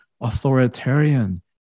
authoritarian